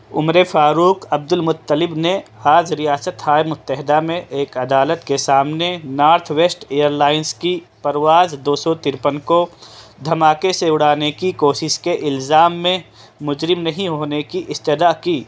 عمر Farouk Abdulmutallab نے آج ریاستہائے متحدہ میں ایک عدالت کے سامنے نارتھ ویسٹ ایئر لائنس کی پرواز دو سو ترپن کو دھماکے سے اڑانے کی کوشش کے الزام میں مجرم نہیں ہونے کی استدع کی